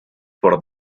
por